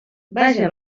vaja